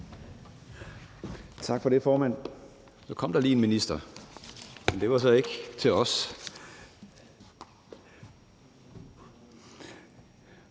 Tak for det, formand. Nu kom der lige en minister, men det var så ikke til os.